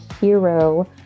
hero